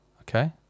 Okay